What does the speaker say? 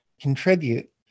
contribute